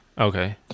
okay